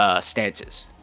stances